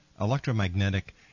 electromagnetic